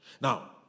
Now